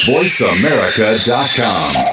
VoiceAmerica.com